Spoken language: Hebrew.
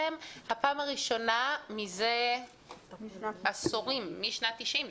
הפעם הראשונה מזה עשורים --- משנת 90'. משנת 90',